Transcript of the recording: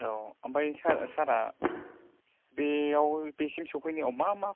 औ ओमफ्राय सार सारा बेयाव बेसिम सफैनायाव मा मा